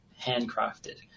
handcrafted